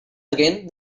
again